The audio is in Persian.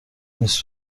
نیست